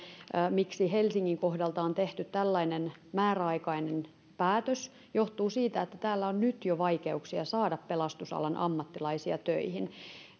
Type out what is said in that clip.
miksi helsingin kohdalla on tehty tällainen määräaikainen päätös johtuu siitä että täällä on nyt jo vaikeuksia saada pelastusalan ammattilaisia töihin